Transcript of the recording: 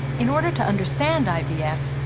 in order to understand ivf,